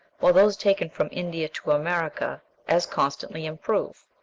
while those taken from india to america as constantly improve.